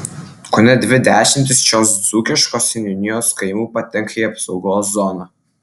kone dvi dešimtys šios dzūkiškos seniūnijos kaimų patenka į apsaugos zoną